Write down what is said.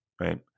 right